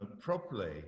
properly